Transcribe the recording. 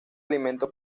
alimento